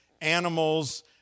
animals